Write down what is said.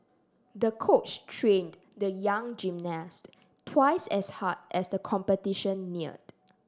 the coach trained the young gymnast twice as hard as the competition neared